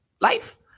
life